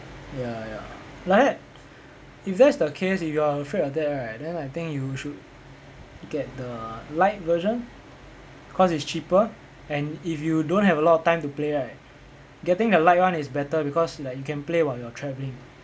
ya ya like that if that's the case if you are afraid of that right then I think you should get the lite version cause it's cheaper and if you don't have a lot of time to play right getting the lite one is better because like you can play while you're travelling